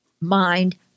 mind